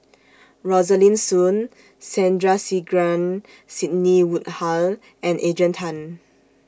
Rosaline Soon Sandrasegaran Sidney Woodhull and Adrian Tan